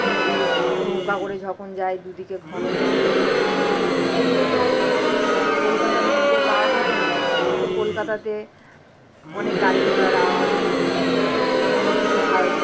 নদীর নৌকা করে যখন যাই দু দিকে ঘন জঙ্গল এগুলো তো কলকাতার মধ্যে পাওয়া যায় না এগুলো কলকাতাতে অনেক গাড়ি ঘোড়ার আওয়াজ কোনো কিছু ভা